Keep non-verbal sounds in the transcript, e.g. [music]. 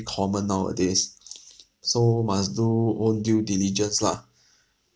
common nowadays so must do own due diligence lah [breath]